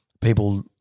people